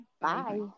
bye